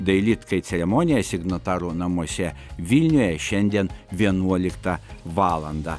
dailidkai ceremonija signatarų namuose vilniuje šiandien vienuoliktą valandą